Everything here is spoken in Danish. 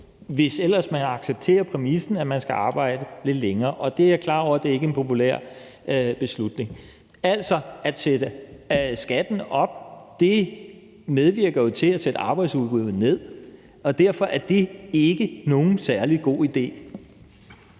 hvis ellers man accepterer den præmis, at man skal arbejde lidt længere, og det er jeg klar over ikke er en populær beslutning. At sætte skatten op medvirker jo til at sætte arbejdsudbuddet ned, og derfor er det ikke nogen særlig god idé.